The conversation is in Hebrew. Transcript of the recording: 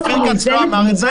לא, אופיר כץ לא אמר את זה.